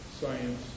science